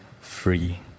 free